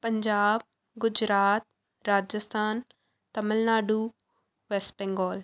Punjab Gujarat Rajasthan Tamil Nadu West Bengal